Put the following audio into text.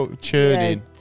Churning